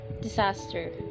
disaster